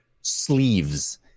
sleeves